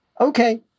Okay